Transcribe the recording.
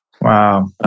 Wow